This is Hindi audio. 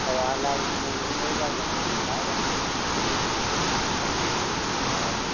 बबाला उसमें नहीं होगा जहाँ हम बता रहे हैं वहाँ कोई बबाला नहीं होगा और